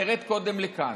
תרד קודם לכאן.